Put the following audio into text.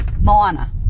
Moana